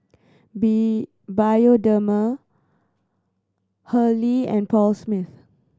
B Bioderma Hurley and Paul Smith